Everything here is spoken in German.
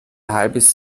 halbes